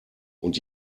und